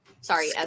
Sorry